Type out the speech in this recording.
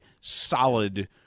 solid